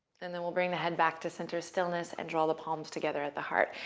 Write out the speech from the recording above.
then then we'll bring the head back to center stillness and draw the palms together at the heart.